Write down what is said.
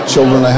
Children